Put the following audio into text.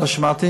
שמעתי